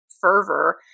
fervor